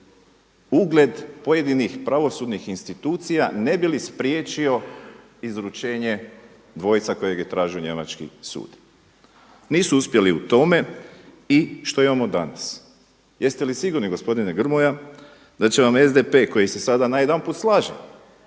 ugled pojedinih pravosudnih institucija ne bi li spriječio izručenje dvojca kojeg je tražio njemački sud. Nisu uspjeli u tome i što imamo danas? Jeste li sigurni gospodine Grmoja da će vam SDP koji se sada najedanput slaže